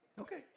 Okay